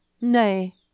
Nay